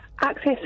access